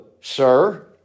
sir